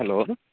hello